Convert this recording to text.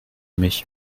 mich